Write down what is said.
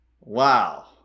Wow